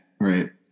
right